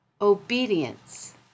Obedience